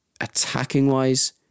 attacking-wise